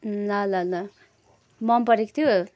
ल ल ल मन पेरेको थियो